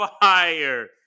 fire